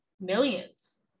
millions